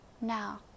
now